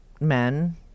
men